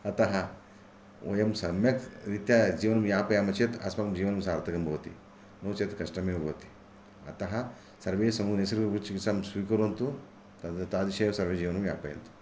अतः वयं सम्यक् रीत्या जीवनं यापयामः चेत् अस्माकं जीवनं सार्थकं भवति नो चेत् कष्टमेव भवति अतः सर्वे समु नैसर्गिकचिकित्सां स्वीकुर्वन्तु तत् तादृशे एव सर्वे जीवनं यापयन्तु